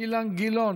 אילן גילאון,